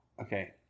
okay